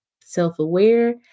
self-aware